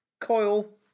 Coil